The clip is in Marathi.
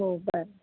हो बर